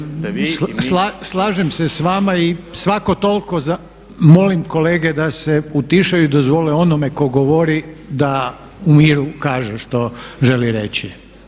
Slažem se s vama i svako toliko zamolim kolege da se utišaju i dozvole onome tko govori da u miru kaže što želi reći.